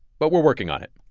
but we're working on it.